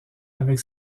avec